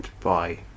Bye